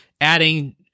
adding